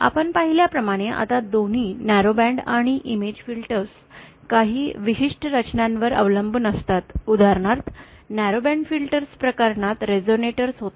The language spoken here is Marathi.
आपण पाहिल्याप्रमाणे आता दोन्ही न्यारो बँड आणि इमेज फिल्टर्स काही विशिष्ट रचनांवर अवलंबून असतात उदाहरणार्थ न्यारो बँड फिल्टर् प्रकरणात रेझोनिएटर होते